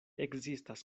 ekzistas